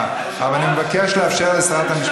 אבל אני מבקש לאפשר לשרת המשפטים,